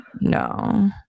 No